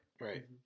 Right